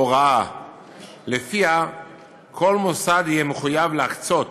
הוראה שלפיה כל מוסד יהיה מחויב להקצות